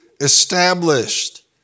established